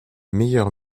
meilleur